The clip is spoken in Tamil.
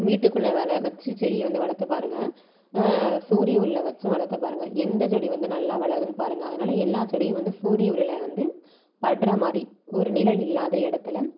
வீட்டுக்குள்ளே வலை வச்சு செடியை வந்து வளர்த்து பாருங்கள் சூரிய ஒளியில வச்சும் வளர்த்து பாருங்கள் எந்த செடி வந்து நல்லா வளருதுனு பாருங்கள் அதனால் எல்லா செடியும் வந்து சூரிய ஒளியில வந்து படுற மாதிரி ஒரு நிழல் இல்லாத இடத்துல